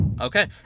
Okay